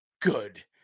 good